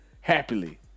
happily